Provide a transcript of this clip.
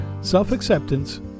self-acceptance